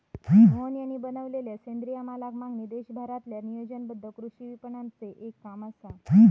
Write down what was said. मोहन यांनी बनवलेलला सेंद्रिय मालाक मागणी देशभरातील्या नियोजनबद्ध कृषी विपणनाचे एक काम असा